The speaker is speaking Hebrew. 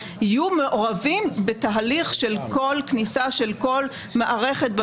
שיהיו מעורבים בתהליך של כל כניסה של כל מערכת למשטרה.